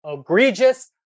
egregious